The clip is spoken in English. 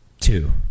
Two